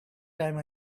time